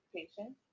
patient